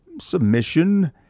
submission